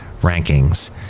rankings